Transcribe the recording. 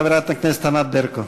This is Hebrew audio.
חברת הכנסת ענת ברקו.